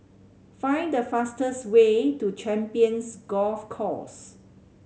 find the fastest way to Champions Golf Course